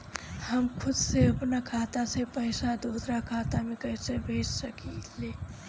हम खुद से अपना खाता से पइसा दूसरा खाता में कइसे भेज सकी ले?